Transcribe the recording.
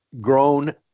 grown